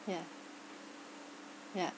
yeah yeah